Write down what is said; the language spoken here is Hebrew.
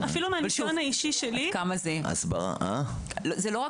--- הסברה --- לא רק